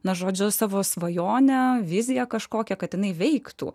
na žodžiu savo svajonę viziją kažkokią katinai veiktų